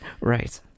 Right